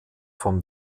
vom